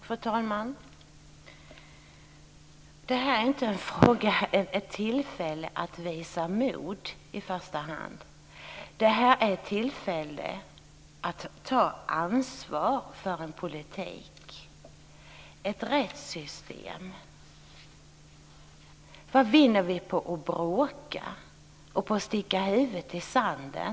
Fru talman! Det här är inte ett tillfälle att visa mod i första hand. Det här är ett tillfälle att ta ansvar för en politik, för ett rättssystem. Vad vinner vi på att bråka och på att sticka huvudet i sanden?